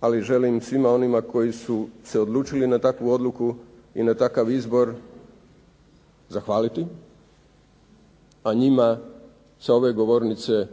ali želim svima onima koji su se odlučili na takvu odluku i na takav izbor zahvaliti, a njima sa ove govornice